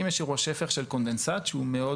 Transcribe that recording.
אם יש אירוע שפך של קונדנסט שהוא מאוד